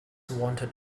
wanted